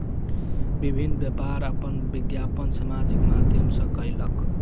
विभिन्न व्यापार अपन विज्ञापन सामाजिक माध्यम सॅ कयलक